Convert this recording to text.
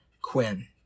Quinn